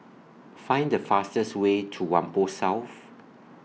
Find The fastest Way to Whampoa South